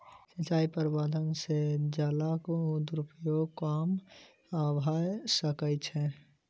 सिचाई प्रबंधन से जलक दुरूपयोग कम भअ सकै छै